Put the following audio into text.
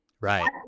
Right